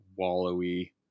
wallowy